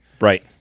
Right